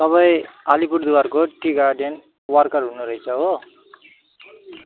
तपाईँ अलिपुरद्वारको tea garden worker हुनुहुँदो रहेछ हो